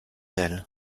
elle